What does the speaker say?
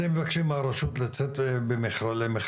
אתם מבקשים מהרשות לצאת למכרז,